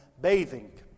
Bathing